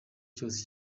cyose